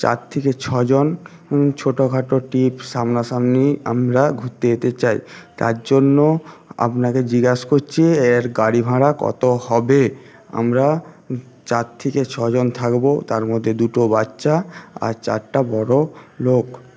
চার থেকে ছজন ছোটো খাটো ট্রিপ সামনা সামনি আমরা ঘুরতে যেতে চাই তার জন্য আপনাকে জিজ্ঞেস করছি এর গাড়ি ভাড়া কত হবে আমরা চার থেকে ছ জন থাকবো তার মধ্যে দুটো বাচ্চা আর চারটা বড় লোক